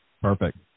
Perfect